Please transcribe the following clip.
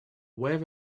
where